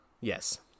Yes